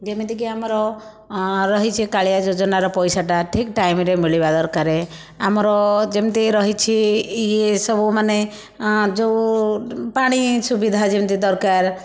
ଯେମିତିକି ଆମର ରହିଛି କାଳିଆ ଯୋଜନାର ପଇସାଟା ଠିକ୍ ଟାଇମରେ ମିଳିବା ଦରକାର ଆମର ଯେମିତି ରହିଛି ଇଏ ସବୁ ମାନେ ଯେଉଁ ପାଣି ସୁବିଧା ଯେମିତି ଦରକାର